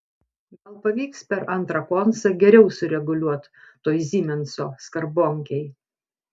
gal pavyks per antrą koncą geriau sureguliuot toj zymenso skarbonkėj